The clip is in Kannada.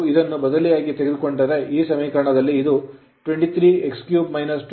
ನಾವು ಇದನ್ನು ಬದಲಿಯಾಗಿ ತೆಗೆದುಕೊಂಡರೆ ಈ ಸಮೀಕರಣದಲ್ಲಿ ಇದು 23x3 23x 2 30 0 ಆಗುತ್ತದೆ